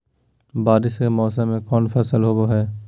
बारिस के मौसम में कौन फसल होबो हाय?